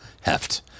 heft